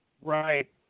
Right